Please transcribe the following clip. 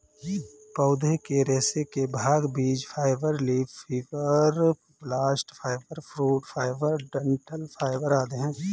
पौधे के रेशे के भाग बीज fibre, leaf fibre, bast fibre, fruit fibre, डंठल फाइबर आदि है